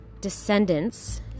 descendants